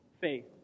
faith